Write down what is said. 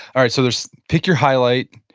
all right, so there's pick your highlight.